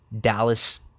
Dallas